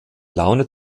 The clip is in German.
laune